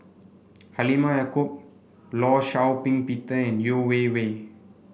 Halimah Yacob Law Shau Ping Peter and Yeo Wei Wei